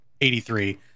83